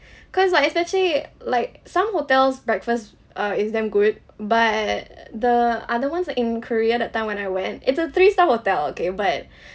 cause like especially like some hotel's breakfast err is damn good but the other ones like in korea that time when I went it's a three-star hotel okay but